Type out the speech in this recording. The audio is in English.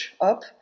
up